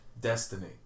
Destiny